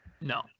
No